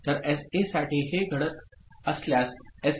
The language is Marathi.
तर एसए साठी हे घडत असल्यास एस